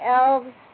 elves